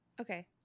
Okay